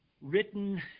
written